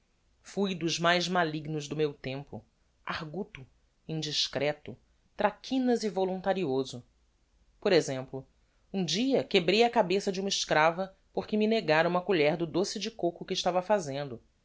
fui dos mais malignos do meu tempo arguto indiscreto traquinas e voluntarioso por exemplo um dia quebrei a cabeça de uma escrava porque me negára uma colhér do doce de coco que estava fazendo